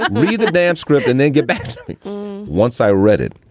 but read the damn script and then get back to me once i read it.